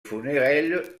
funérailles